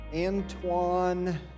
Antoine